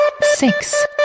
six